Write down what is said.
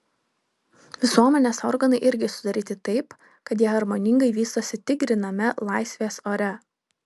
visuomenės organai irgi sudaryti taip kad jie harmoningai vystosi tik gryname laisvės ore